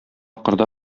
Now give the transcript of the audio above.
кырда